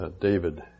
David